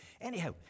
Anyhow